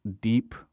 deep